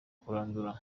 kurandura